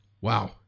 wow